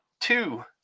two